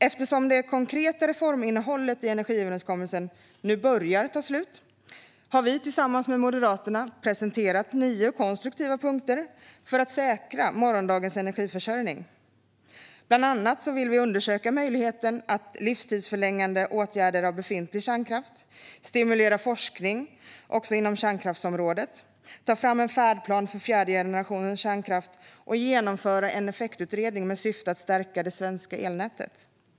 Eftersom det konkreta reforminnehållet i energiöverenskommelsen nu börjar ta slut har vi tillsammans med Moderaterna presenterat nio konstruktiva punkter för att säkra morgondagens energiförsörjning. Vi vill bland annat undersöka möjliga livtidsförlängande åtgärder av befintlig kärnkraft, stimulera forskning också inom kärnkraftsområdet, ta fram en färdplan för fjärde generationens kärnkraft och genomföra en effektutredning med syfte att stärka det svenska elnätet.